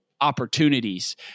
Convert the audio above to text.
opportunities